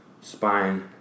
spine